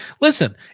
listen